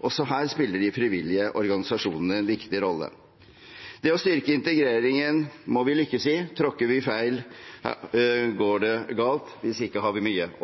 Også her spiller de frivillige organisasjonene en viktig rolle. Det å styrke integreringen må vi lykkes med. Tråkker vi feil, går det galt. Hvis ikke har vi mye